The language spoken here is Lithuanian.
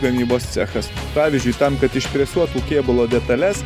gamybos cechas pavyzdžiui tam kad išpresuotų kėbulo detales